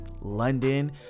London